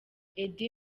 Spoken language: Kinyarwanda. eddy